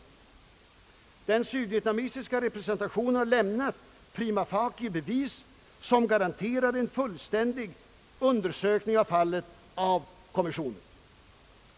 Den sydvietnamesiska representationen har lämnat prima facie bevis som garanterar en sådan fullständig undersökning av fallet av kommissionen.